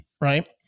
right